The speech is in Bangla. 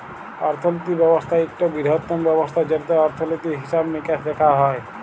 অর্থলিতি ব্যবস্থা ইকট বিরহত্তম ব্যবস্থা যেটতে অর্থলিতি, হিসাব মিকাস দ্যাখা হয়